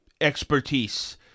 expertise